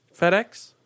FedEx